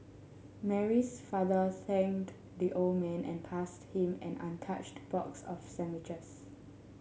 Mary's father thanked the old man and passed him an untouched box of sandwiches